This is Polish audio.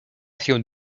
się